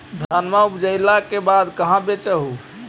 धनमा उपजाईला के बाद कहाँ बेच हू?